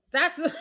That's-